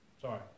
Sorry